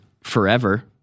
forever